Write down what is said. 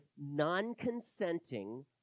non-consenting